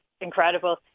incredible